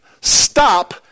stop